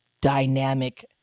dynamic